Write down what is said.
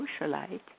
socialite